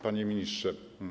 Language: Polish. Panie Ministrze!